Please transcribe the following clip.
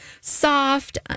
soft